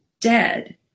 dead